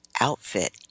outfit